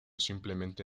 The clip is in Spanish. simplemente